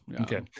Okay